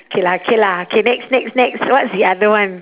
K lah K lah K next next next so what's the other one